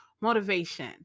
Motivation